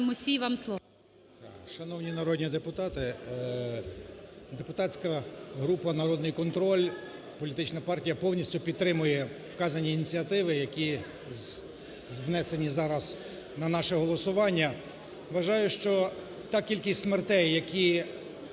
Шановні народні депутати, депутатська група "Народний контроль", політична партія повністю підтримує вказані ініціативи, які внесені зараз на наше голосування. Вважаю, що та кількість смертей, які відбуваються